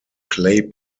clay